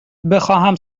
بخواهم